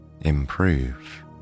improve